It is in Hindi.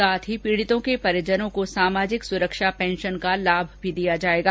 साथ ही पीड़ितों के परिजनों को सामाजिक सुरक्षा पेंषन का लाभ भी दिया जायेगा